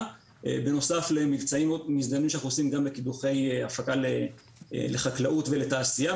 בנוסף למבצעים מזדמנים שאנחנו עושים גם בקידוחי הפקה לחקלאות ולתעשייה,